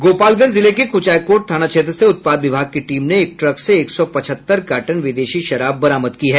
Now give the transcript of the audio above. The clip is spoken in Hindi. गोपालगंज जिले के कुचायकोट थाना क्षेत्र से उत्पाद विभाग की टीम ने एक ट्रक से एक सौ पचहत्तर कार्टन विदेशी शराब जब्त की है